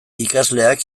ikasleak